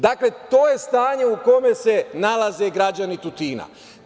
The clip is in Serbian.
Dakle, to je stanje u kome se nalaze građani Tutina.